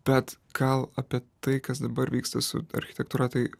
bet gal apie tai kas dabar vyksta su architektūra tai